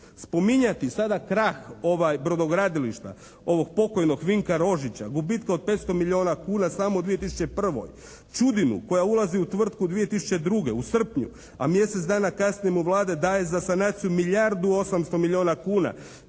Spominjati sada krah brodogradilišta ovog pokojnog Vinka Rožića gubitka od 500 milijuna kuna samo u 2001., Čudinu koja ulazi u tvrtku 2002. u srpnju, a mjesec dana kasnije mu Vlada daje za sanaciju milijardu i 800 milijuna kuna,